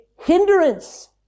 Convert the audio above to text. Hindrance